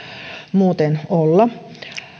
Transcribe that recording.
muuten olla